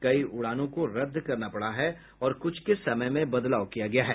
कई उड़ानों को रद्द करना पड़ा है और कुछ के समय में बदलाव किया गया है